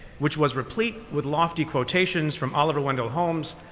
which was replete with lofty quotations from oliver wendell holmes,